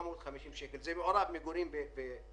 למזלנו בזמן